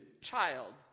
child